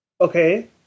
Okay